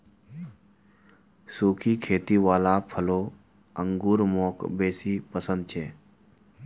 सुखी खेती वाला फलों अंगूर मौक बेसी पसन्द छे